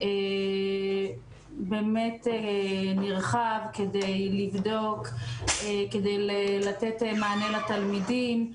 באמת נרחב כדי לבדוק, כדי לתת מענה לתלמידים.